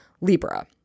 Libra